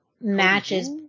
matches